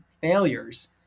failures